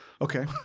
Okay